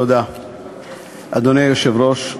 אדוני היושב-ראש,